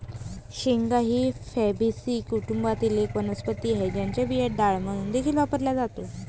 शेंगा ही फॅबीसी कुटुंबातील एक वनस्पती आहे, ज्याचा बिया डाळ म्हणून देखील वापरला जातो